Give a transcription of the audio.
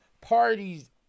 parties